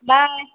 bye